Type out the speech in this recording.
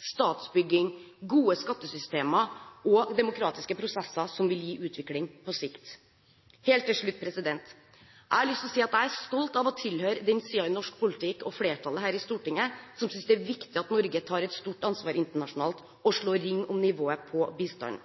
statsbygging, gode skattesystemer og demokratiske prosesser som vil gi utvikling på sikt. Helt til slutt: Jeg har lyst til å si at jeg er stolt over å tilhøre den siden i norske politikk, og flertallet her i Stortinget, som synes det er viktig at Norge tar et stort ansvar internasjonalt og slår ring om nivået på bistanden.